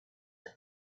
had